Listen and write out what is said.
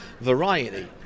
variety